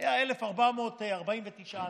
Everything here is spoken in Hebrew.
היו 1,449 אנשים.